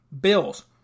Bills